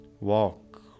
Walk